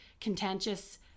contentious